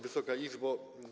Wysoka Izbo!